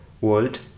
world